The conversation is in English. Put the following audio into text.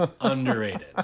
underrated